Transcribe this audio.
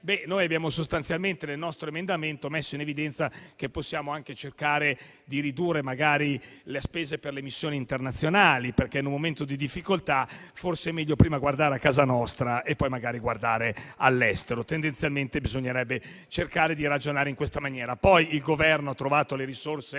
noi abbiamo sostanzialmente messo in evidenza nel nostro emendamento che possiamo anche cercare di ridurre magari le spese per le missioni internazionali. In un momento di difficoltà infatti, forse è meglio prima guardare a casa nostra e poi magari guardare all'estero (tendenzialmente bisognerebbe cercare di ragionare in questa maniera). Poi il Governo ha trovato le risorse